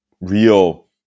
real